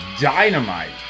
dynamite